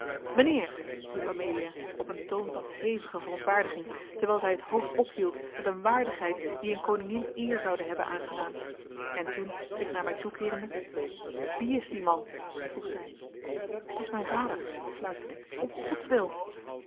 mijnheer riep amelia op een toon van hevige verontwaardiging terwijl zij het hoofd ophield met een waardigheid die een koningin eer zoude hebben aangedaan en toen zich naar mij toekeerende wie is die man vroeg zij het is mijn vader fluisterde ik om godswil